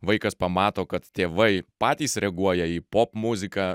vaikas pamato kad tėvai patys reaguoja į popmuziką